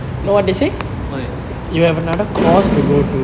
what